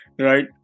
right